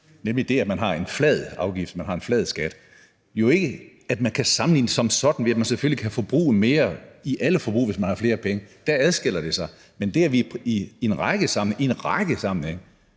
nemlig det, at man har en flad afgift, at man har en flad skat. Det er jo ikke sådan, at man kan sammenligne det som sådan, ved at man selvfølgelig i forbindelse med alt forbrug kan forbruge mere, hvis man har flere penge. Der adskiller det sig. Men det, at vi i en række sammenhænge